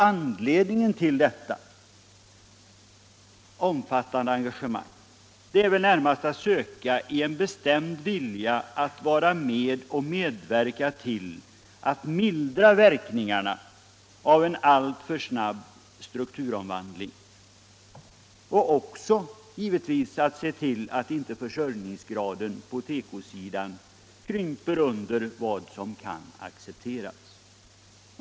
Anledningen till detta omfattande engagemang är väl närmast att söka i en bestämd vilja att medverka till att mildra verkningarna av en alltför snabb strukturomvandling och även givetvis att se till att inte försörjningsgraden på tekosidan krymper under vad som kan accepteras.